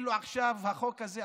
כאילו עכשיו החוק הזה,